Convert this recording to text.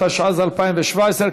התשע"ז 2017,